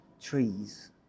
trees